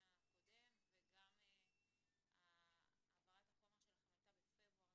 הקודם וגם העברת החומר שלכם הייתה בפברואר,